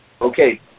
Okay